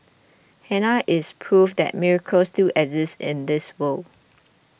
Hannah is proof that miracles still exist in this world